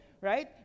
right